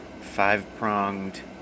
five-pronged